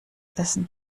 essen